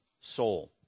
soul